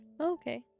Okay